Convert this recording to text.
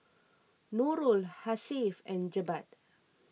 Nurul Hasif and Jebat